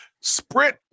sprint